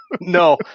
no